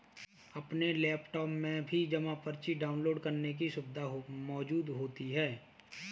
अपने लैपटाप में भी जमा पर्ची डाउनलोड करने की सुविधा मौजूद होती है